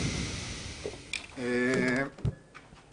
זה בשביל לתת לך הרגשה טובה.